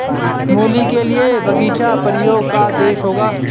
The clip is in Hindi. मूली के लिए बगीचा परियों का देश होगा